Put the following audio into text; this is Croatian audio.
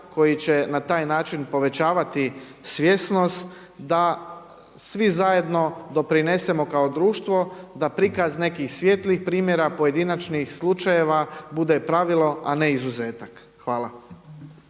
koji će na taj način povećavati svjesnost da svi zajedno doprinesemo kao društvo, da prikaz nekih svijetlih primjera, pojedinačnih slučajeva bude pravilo a ne izuzetak. Hvala.